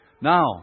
Now